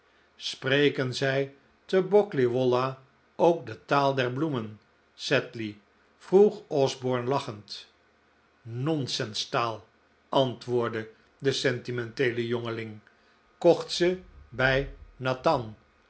spreken zij te boggley wollah ook de taal der bloemen sedley vroeg osborne lachend nonsenstaal antwoordde de sentimenteele jongeling kocht ze bij